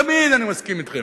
תמיד אני מסכים אתכם.